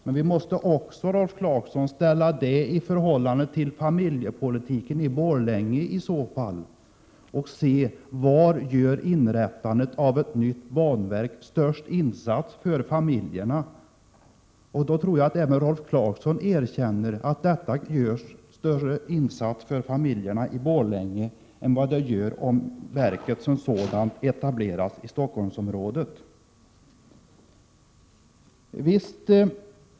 Detta måste, Rolf Clarkson, ställas i relation till familjepolitiken i Borlänge, så att man ser vad inrättandet av ett nytt banverk gör störst insats för familjerna. Då tror jag att även Rolf Clarkson erkänner att det blir större insats för familjerna om verket etableras i Borlänge än om det etableras i Stockholmsområdet.